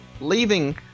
leaving